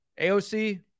AOC